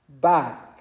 back